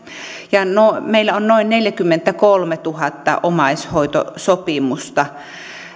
ja meillä on noin neljäkymmentäkolmetuhatta omaishoitosopimusta